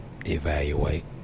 evaluate